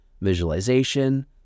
Visualization